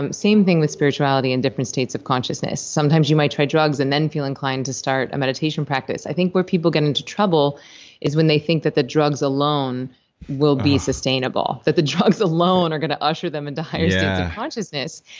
um same thing with spirituality and different states of consciousness. sometimes you might try drugs and then feel inclined to start a meditation practice i think where people get into trouble is when they think that the drugs alone will be sustainable, that the drugs alone are going to usher them into higher states of yeah consciousness,